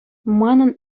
манӑн